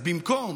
אז במקום